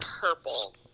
purple